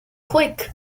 quick